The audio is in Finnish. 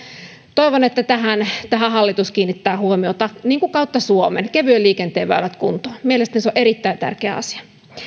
toivon että tähän tähän hallitus kiinnittää huomiota kautta suomen kevyen liikenteen väylät kuntoon mielestäni se on erittäin tärkeä asia